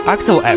Axel